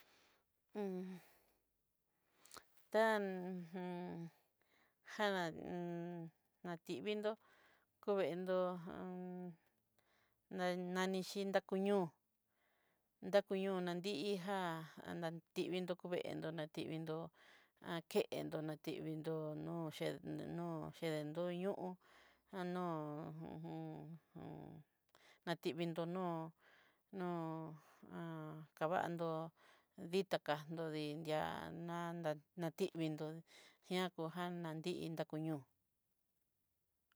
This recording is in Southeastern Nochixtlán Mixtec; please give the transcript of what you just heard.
tán janá nativindó, kuvendó nanixhí ndaku ñó, dakuño daki'ijá nativindó koveendó, nativindó nakendó natindó nóo ché nó'o ché dóño'o anó hu u un- nativindó nó'o nó vandó ditajandó di'a na natividó dikujan natí dayú ñó.